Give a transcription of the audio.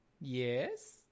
Yes